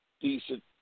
decent